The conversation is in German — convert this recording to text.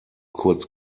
kurz